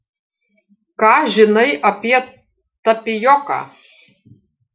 ką žinai apie tapijoką